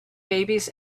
babies